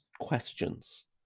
questions